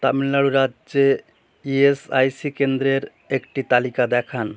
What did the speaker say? তামিলনাড়ু রাজ্যে ইএসআইসি কেন্দ্রের একটি তালিকা দেখান